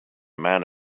man